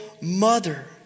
mother